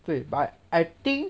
对 but I think